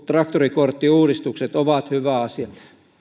traktorikorttiuudistukset ovat hyvä asia